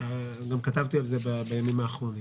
גם כתבתי על זה בימים האחרונים,